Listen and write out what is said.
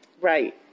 Right